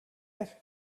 ate